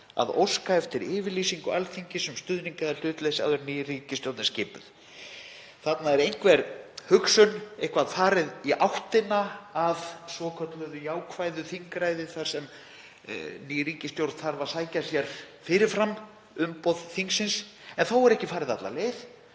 að óska eftir yfirlýsingu Alþingis um stuðning eða hlutleysi áður en ný ríkisstjórn er skipuð. Þarna er einhver hugsun, eitthvað farið í áttina að svokölluðu jákvæðu þingræði þar sem ný ríkisstjórn þarf að sækja sér fyrir fram umboð þingsins. Þó er ekki farið alla leið